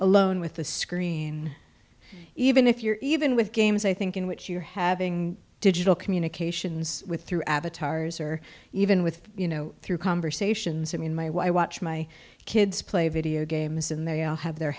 alone with the screen even if you're even with games i think in which you're having digital communications with through avatars or even with you know through conversations i mean my watch my kids play video games and they all have their